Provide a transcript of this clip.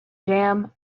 jam